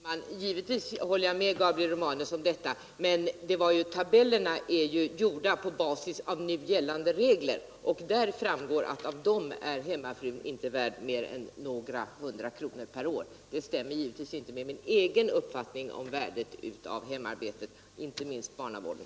Herr talman! Givetvis håller jag med Gabriel Romanus om detta, men tabellerna är ju uppgjorda på basis av gällande regler. Av dem framgår att hemmafrun inte är värd mer än några hundra kronor per år. Det stämmer givetvis inte med min egen uppfattning om värdet av hemarbetet, framför allt inte, när det gäller barnavården.